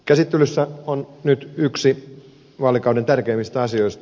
käsittelyssä on nyt yksi vaalikauden tärkeimmistä asioista